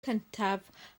cyntaf